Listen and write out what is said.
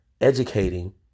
educating